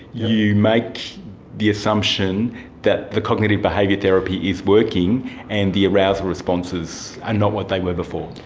you make the assumption that the cognitive behaviour therapy is working and the arousal responses are not what they were before.